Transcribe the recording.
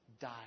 died